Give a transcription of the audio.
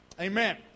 Amen